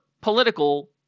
political